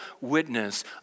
witness